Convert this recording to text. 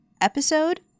episode